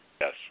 Yes